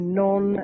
non